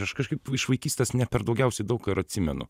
aš kažkaip iš vaikystės ne per daugiausiai daug ką ir atsimenu